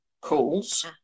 calls